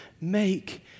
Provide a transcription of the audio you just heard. make